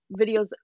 videos